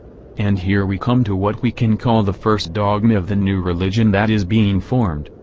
and here we come to what we can call the first dogma of the new religion that is being formed,